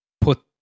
put